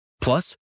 Plus